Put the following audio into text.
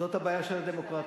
זאת הבעיה של הדמוקרטיה.